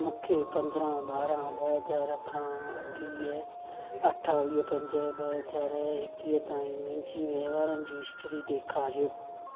मूंखे पंद्रहं ॿारहं ॿ हज़ार ॿारहं खां अठावीह पंज ॿ हज़ार एकवीह ताईं मुंहिंजे वहिंवारनि जी हिस्ट्री ॾेखारियो